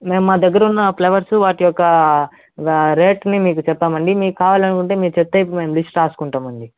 మేము మా దగ్గరున్న ఫ్లవర్సు వాటి యొక్క వా రేట్ని మీకు చెప్పామండి మీకు కావాలనుకుంటే మీరు చేప్పేకి మేము లిస్ట్ రాస్కుంటామండి